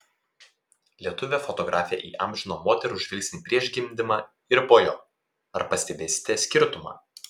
lietuvė fotografė įamžino moterų žvilgsnį prieš gimdymą ir po jo ar pastebėsite skirtumą